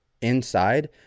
inside